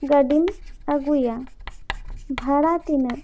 ᱜᱟᱹᱰᱤᱢ ᱟᱹᱜᱩᱭᱟ ᱵᱷᱟᱲᱟ ᱛᱤᱱᱟᱹᱜ